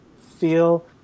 feel